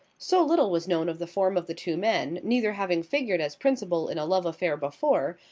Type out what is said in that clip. so little was known of the form of the two men, neither having figured as principal in a love-affair before,